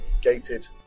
gated